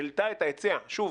העלתה את ההיצע שוב,